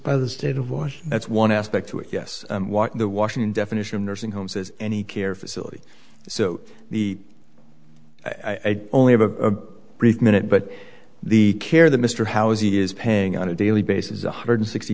by the state of washington that's one aspect to it yes the washington definition of nursing homes is any care facility so the i'd only have a brief minute but the care that mr how easy is paying on a daily basis one hundred sixty